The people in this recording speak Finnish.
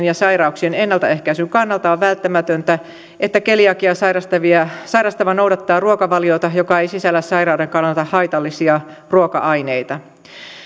ja sairauksien ennaltaehkäisyn kannalta on välttämätöntä että keliakiaa sairastava noudattaa ruokavaliota joka ei sisällä sairauden kannalta haitallisia ruoka aineita